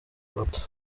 hot